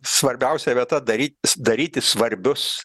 svarbiausia vieta daryt daryti svarbius